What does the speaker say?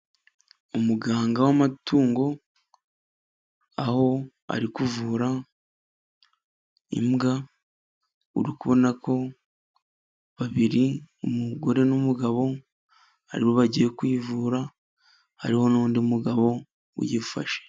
Umuganga w'amatungo aho ari kuvura imbwa, urabona ko babiri, umugore n'umugabo aribo bagiye kuyivura, hariho n'undi mugabo uyifashe.